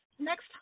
Next